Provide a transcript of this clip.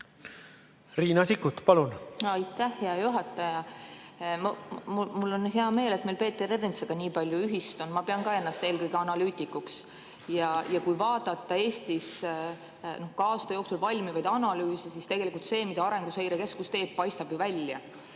Riina Sikkut, palun!